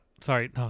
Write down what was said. Sorry